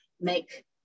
make